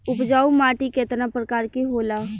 उपजाऊ माटी केतना प्रकार के होला?